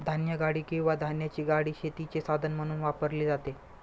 धान्यगाडी किंवा धान्याची गाडी शेतीचे साधन म्हणून वापरली जाते